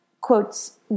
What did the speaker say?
quotes